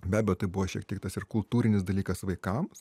be abejo tai buvo šiek tiek tas ir kultūrinis dalykas vaikams